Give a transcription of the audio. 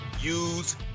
use